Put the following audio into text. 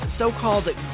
so-called